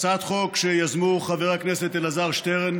הצעת חוק שיזמו חבר הכנסת אלעזר שטרן